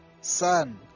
Son